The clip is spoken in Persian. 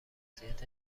وضعیت